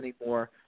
anymore